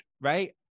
right